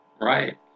Right